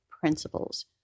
principles